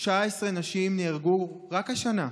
19 נשים נהרגו רק השנה.